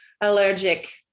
allergic